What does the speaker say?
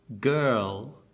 Girl